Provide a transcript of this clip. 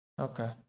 Okay